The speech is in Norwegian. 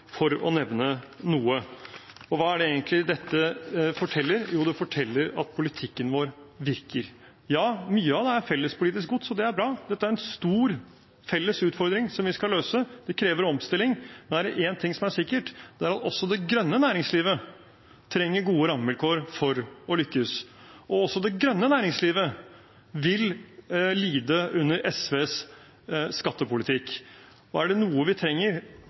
for å nevne noe. Hva er det egentlig dette forteller? Jo, det forteller at politikken vår virker. Ja, mye av det er felles politisk gods, og det er bra. Dette er en stor, felles utfordring som vi skal løse. Det krever omstilling. Da er det én ting som er sikkert, og det er at også det grønne næringslivet trenger gode rammevilkår for å lykkes. Også det grønne næringslivet vil lide under SVs skattepolitikk. Er det noe vi trenger